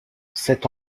cette